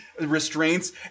restraints